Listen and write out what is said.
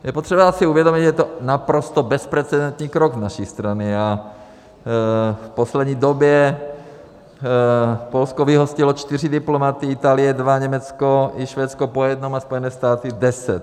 Je potřeba si uvědomit, že je to naprosto bezprecedentní krok z naší strany, v poslední době Polsko vyhostilo čtyři diplomaty, Itálie dva, Německo i Švédsko po jednom a Spojené státy deset.